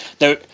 now